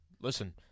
Listen